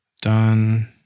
Done